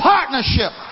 Partnership